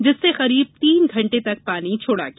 जिससे करीब तीन घंटे तक पानी छोड़ा गया